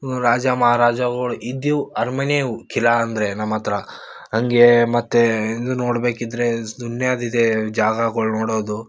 ರಾಜ ಮಹಾರಾಜಾಗಳು ಇದ್ದಿದ್ ಅರಮನೆ ಇವು ಕಿಲಾ ಅಂದರೆ ನಮ್ಮ ಹತ್ರ ಹಂಗೇ ಮತ್ತು ನೀವು ನೋಡಬೇಕಿದ್ರೆ ಜ್ ದುನ್ಯಾದಿದೆ ಜಾಗಗಳ್ ನೋಡೋದು